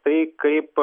tai kaip